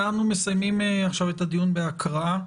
אנחנו מסיימים עכשיו את הדיון בהקראה.